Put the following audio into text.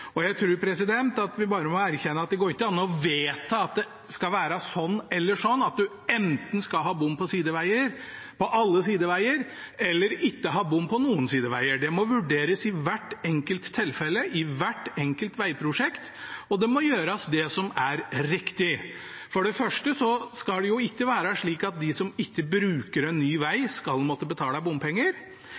Jeg tror vi bare må erkjenne at det går ikke an å vedta at det skal være sånn eller sånn, at man enten skal ha bom på sideveger – på alle sideveger – eller ikke ha bom på noen sideveger. Det må vurderes i hvert enkelt tilfelle, i hvert enkelt vegprosjekt, og det må gjøres det som er riktig. For det første skal det ikke være slik at de som ikke bruker en ny veg, skal måtte betale bompenger,